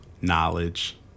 knowledge